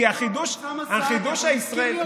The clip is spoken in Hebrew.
כי החידוש הישראלי,